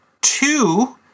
two